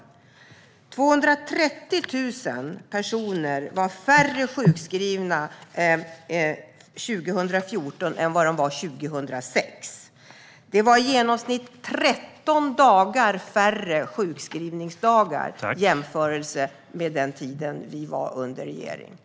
Det var 230 000 färre personer sjukskrivna 2014 än 2006, och det var i genomsnitt 13 färre sjukskrivningsdagar.